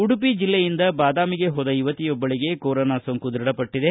ಉಡುಪಿ ಜಿಲ್ಲೆಯಿಂದ ಬಾದಾಮಿಗೆ ಹೋದ ಯುವತಿಯೊಬ್ಬಳಗೆ ಕೊರೊನಾ ಸೋಂಕು ದೃಢಪಟ್ಟದೆ